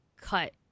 cut